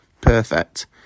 Perfect